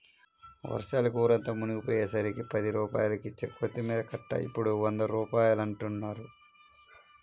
వర్షాలకి ఊరంతా మునిగిపొయ్యేసరికి పది రూపాయలకిచ్చే కొత్తిమీర కట్ట ఇప్పుడు వంద రూపాయలంటన్నారు